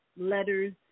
letters